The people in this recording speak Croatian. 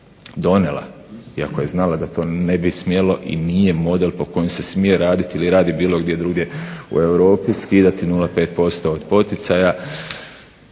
donijela i ako je znala da to ne bi smjelo i nije model po kojem se smije raditi ili radi bilo gdje drugdje u Europi skidati 0,5% od poticaja